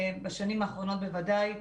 בשנים האחרונות בוודאי,